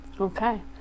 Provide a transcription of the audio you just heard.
Okay